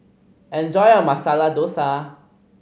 enjoy your Masala Dosa